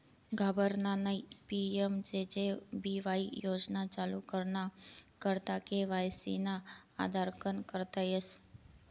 घाबरानं नयी PMJJBY योजना चालू कराना करता के.वाय.सी ना आधारकन करता येस